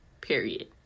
Period